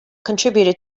contributed